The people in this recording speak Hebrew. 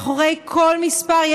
מאחורי כל מספר,